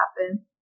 happen